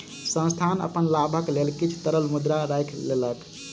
संस्थान अपन लाभक लेल किछ तरल मुद्रा राइख लेलक